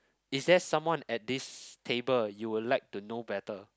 is there someone at this table you would like to know better